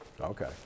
Okay